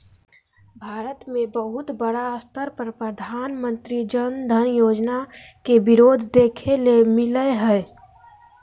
भारत मे बहुत बड़ा स्तर पर प्रधानमंत्री जन धन योजना के विरोध देखे ले मिललय हें